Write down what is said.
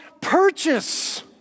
purchase